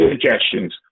suggestions